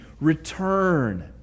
Return